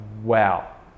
wow